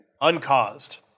uncaused